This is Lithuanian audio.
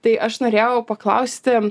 tai aš norėjau paklausti